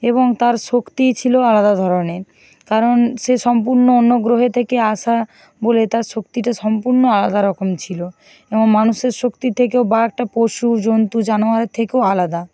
এবং তার শক্তিই ছিল আলাদা ধরনের কারণ সে সম্পূর্ণ অন্য গ্রহে থেকে আসা বলে তার শক্তিটা সম্পূর্ণ আলাদা রকম ছিল এবং মানুষের শক্তির থেকেও বা একটা পশু জন্তু জানোয়ারের থেকেও আলাদা